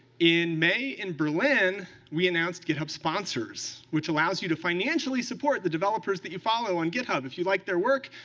in may in berlin, we announced github sponsors, which allows you to financially support the developers that you follow on github. if you like their work,